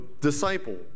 disciple